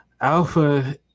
Alpha